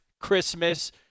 Christmas